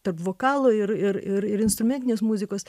tarp vokalo ir ir ir ir instrumentinės muzikos